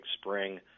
spring